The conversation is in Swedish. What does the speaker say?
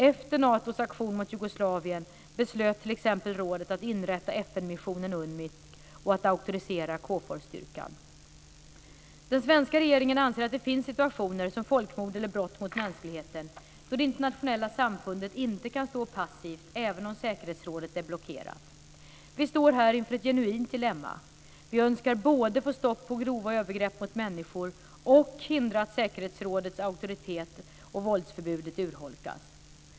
Efter NATO:s aktion mot Jugoslavien beslöt t.ex. rådet att inrätta FN-missionen UNMIK och att auktorisera KFOR-styrkan. Den svenska regeringen anser att det finns situationer, som folkmord eller brott mot mänskligheten, då det internationella samfundet inte kan stå passivt, även om säkerhetsrådet är blockerat. Vi står här inför ett genuint dilemma: Vi önskar både få stopp på grova övergrepp mot människor och hindra att säkerhetsrådets auktoritet och våldsförbudet urholkas.